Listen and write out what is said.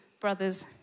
brothers